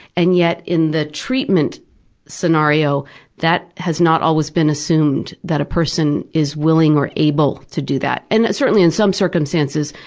and yet in the treatment scenario that has not always been assumed, that a person is willing or able to do that. and certainly, in some circumstances,